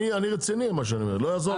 אני רציני במה שאני אומר לא יעזור לך כלום,